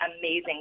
amazing